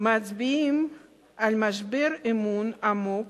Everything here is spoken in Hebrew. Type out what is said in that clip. מצביעים על משבר אמון עמוק